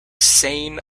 sane